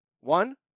One